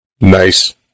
Nice